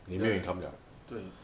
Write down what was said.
ya 对